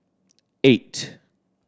eight